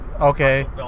Okay